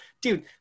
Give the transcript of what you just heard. dude